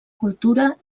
cultura